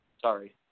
Sorry